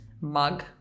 mug